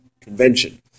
convention